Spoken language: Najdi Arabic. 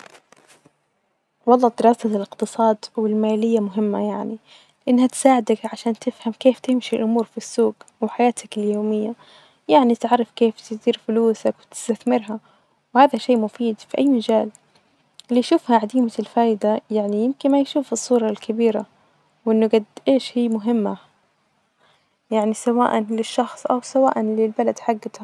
والله دراسة الإقتصاد والمالية مهمة يعني لإنها تساعدك عشان تفهم كيف تمشي أمور في السوج وحياتك اليومية يعني تعرف كيف تدير فلوسك وتستثمرها وهذا شئ مفيد في أي مجال اللي يشوفها عديمة الفايدة يعني يمكن ما يشوف الصورة الكبيرة وأنه جد إيش هيا مهمة سواءا للشخص أو سواءا للبلد حجتها.